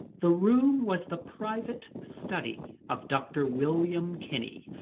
the room was the private study of dr. william kinney.